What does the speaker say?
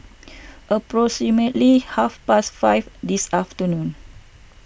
approximately half past five this afternoon